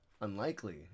unlikely